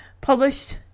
Published